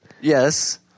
Yes